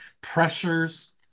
pressures